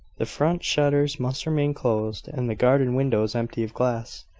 the front shutters must remain closed, and the garden windows empty of glass.